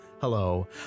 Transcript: Hello